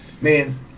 man